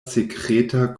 sekreta